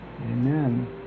Amen